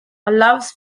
allows